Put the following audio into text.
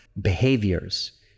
behaviors